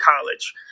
college